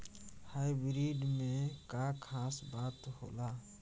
Hybrid में का खास बात होला?